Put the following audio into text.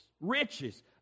riches